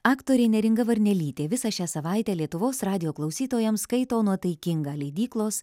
aktorė neringa varnelytė visą šią savaitę lietuvos radijo klausytojams skaito nuotaikingą leidyklos